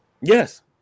Yes